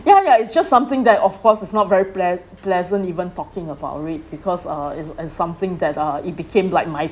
ya ya it's just something that of course is not very plea~ pleasant even talking about it because uh it's it's something that uh it became like my